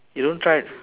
you don't try